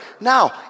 Now